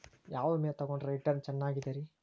ಯಾವ ವಿಮೆ ತೊಗೊಂಡ್ರ ರಿಟರ್ನ್ ಚೆನ್ನಾಗಿದೆರಿ?